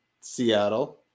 Seattle